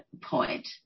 point